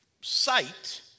sight